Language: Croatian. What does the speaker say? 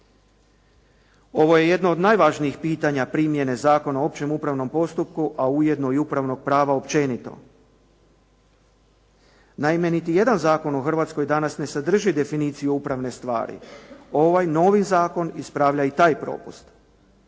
Ovo je jedno od najvažnijih pitanja primjene Zakona o općem upravnom postupku, a ujedno i upravnog prava općenito. Naime niti jedan zakon u Hrvatskoj danas ne sadrži definiciju upravne stvari. Ovaj novi zakon ispravlja i taj propust.